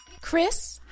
Chris